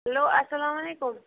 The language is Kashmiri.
ہٮ۪لو اَسلامُ علیکُم